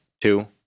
Two